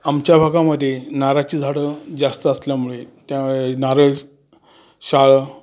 आमच्या भागामध्ये नारळाची झाडं जास्त असल्यामुळे त्या नारळ शहाळं